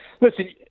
Listen